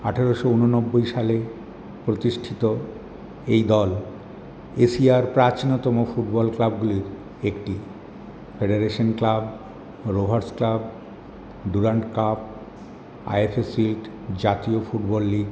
আঠেরোশ উনব্বই সালে প্রতিষ্ঠিত এইদল এশিয়ার প্রাচীনতম ফুটবল ক্লাবগুলির একটি federation club Rovers club Durand cup IFA shield জাতীয় ফুটবল লিগ